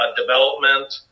development